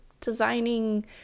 designing